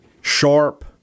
Sharp